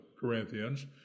Corinthians